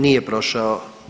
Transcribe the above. Nije prošao.